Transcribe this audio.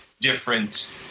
different